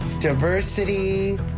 diversity